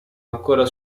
ancora